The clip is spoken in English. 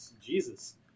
Jesus